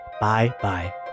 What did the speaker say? Bye-bye